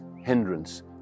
hindrance